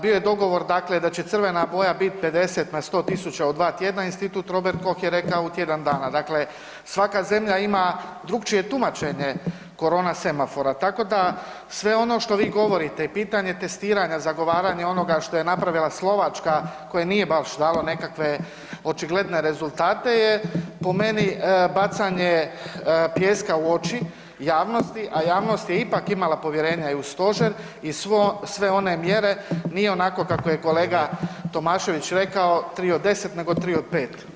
Bio je dogovor da će crvena boja bit 50 na 100.000 u dva tjedna, Institut Robert Koch je rekao u tjedan dana, dakle svaka zemlja ima drukčije tumačenje korona semafora, tako da sve ono što vi govorite i pitanje testiranja, zagovaranje onoga što je napravila Slovačka koje nije baš dalo nekakve očigledne rezultate je po meni bacanje pijeska u oči javnosti, a javnost je ipak imala povjerenja i u stožer i u sve one mjere nije onako kako je kolega Tomašević rekao tri od deset nego tri od pet.